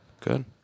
Good